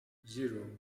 zero